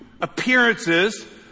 appearances